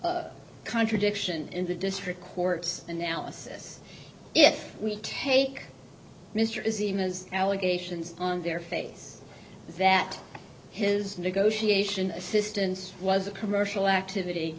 contradiction in the district court's analysis if we take mr is even as allegations on their face that his negotiation assistance was a commercial activity